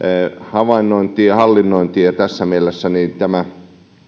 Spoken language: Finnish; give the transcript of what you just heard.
havainnointiin ja hallinnointiin ja tässä mielessä tämä